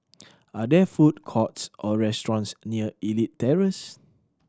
are there food courts or restaurants near Elite Terrace